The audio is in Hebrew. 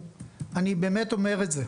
אני באמת אומר את זה,